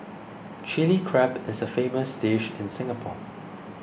Chilli Crab is a famous dish in Singapore